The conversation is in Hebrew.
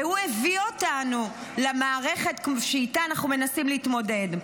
והוא הביא אותנו למערכת שאיתה אנחנו מנסים להתמודד.